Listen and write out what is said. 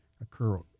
occur